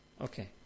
Okay